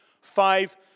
five